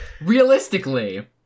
realistically